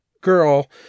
girl